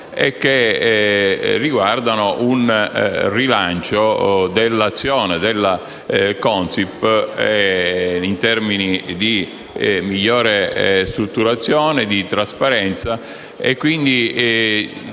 relative al rilancio dell'azione della Consip in termini di migliore strutturazione, di trasparenza